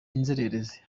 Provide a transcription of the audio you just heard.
inzererezi